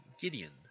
Gideon